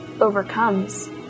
overcomes